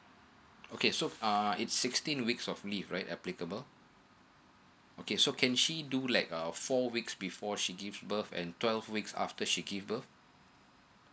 okay so uh is sixteen weeks of leave right applicable okay so can she do like uh four weeks before she give birth and twelve weeks after she give birth